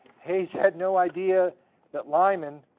hayes had no idea that lyman,